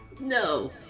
No